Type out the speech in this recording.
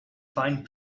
find